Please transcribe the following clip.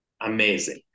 amazing